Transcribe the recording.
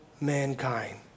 mankind